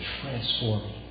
transforming